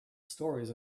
stories